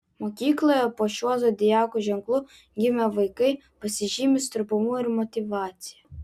mokykloje po šiuo zodiako ženklu gimę vaikai pasižymi stropumu ir motyvacija